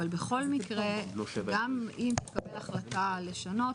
אבל בכל מקרה גם אם תתקבל החלטה לשנות,